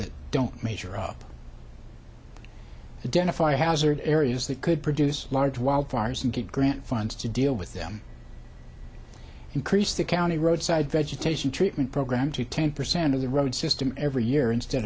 that don't measure up again a fire hazard areas that could produce large wildfires you could grant funds to deal with them increase the county roadside vegetation treatment program to ten percent of the road system every year instead